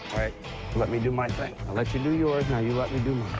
right let me do my thing i'll let you do yours now you let me do